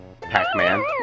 Pac-Man